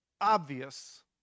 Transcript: obvious